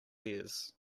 ears